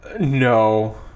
No